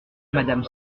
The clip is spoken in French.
madame